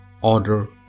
order